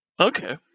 Okay